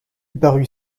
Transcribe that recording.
parut